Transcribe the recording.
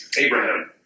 Abraham